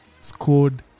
scored